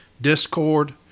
Discord